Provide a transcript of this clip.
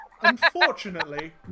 unfortunately